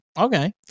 Okay